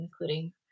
including